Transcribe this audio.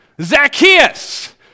Zacchaeus